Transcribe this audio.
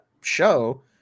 show